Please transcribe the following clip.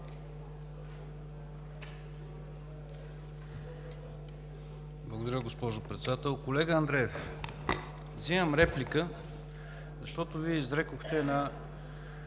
Благодаря, госпожо Председател. Колега Андреев, взимам реплика, защото Вие изрекохте една